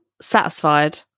satisfied